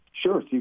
Sure